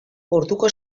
orduko